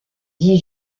dis